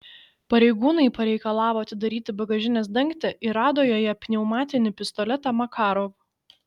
pareigūnai pareikalavo atidaryti bagažinės dangtį ir rado joje pneumatinį pistoletą makarov